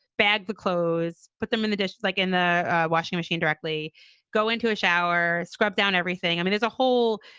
bag the clothes, put them in the dish like in the washing machine, directly go into a shower scrub down everything. i mean, as a whole,